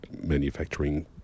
manufacturing